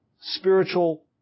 spiritual